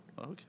Okay